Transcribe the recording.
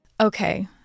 Okay